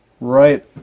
right